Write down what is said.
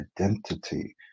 identity